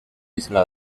isla